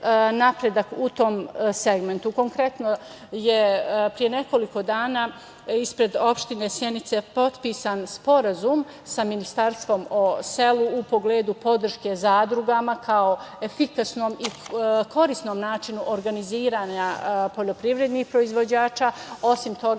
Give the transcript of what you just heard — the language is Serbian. u tom segmentu. Konkretno je pre nekoliko dana ispred opštine Sjenice potpisan sporazum sa Ministarstvom o selu u pogledu podrške zadrugama kao efikasnom i korisnom načinu organizovanja poljoprivrednih proizvođača, osim toga